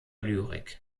lyrik